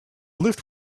lift